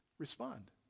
Respond